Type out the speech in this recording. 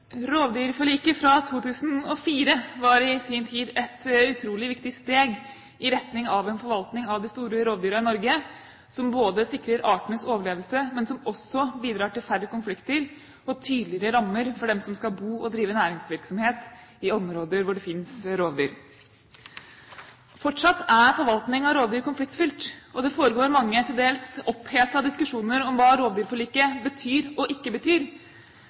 Rovdyrforliket fra 2004 var i sin tid et utrolig viktig steg i retning av en forvaltning av de store rovdyrene i Norge som både sikrer artenes overlevelse, og som bidrar til færre konflikter og tydeligere rammer for dem som skal bo og drive næringsvirksomhet i områder hvor det finnes rovdyr. Fortsatt er forvaltning av rovdyr konfliktfylt, det foregår mange til dels opphetede diskusjoner om hva rovdyrforliket betyr og ikke betyr.